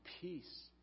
peace